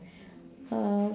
uh